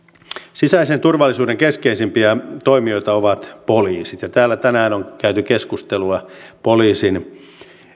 sisäisen turvallisuuden keskeisempiä toimijoita ovat poliisit ja täällä tänään on käyty keskustelua poliisin